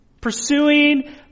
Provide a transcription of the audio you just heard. pursuing